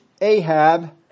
Ahab